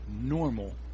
normal